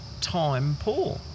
time-poor